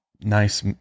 nice